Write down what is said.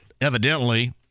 evidently